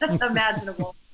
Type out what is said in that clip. imaginable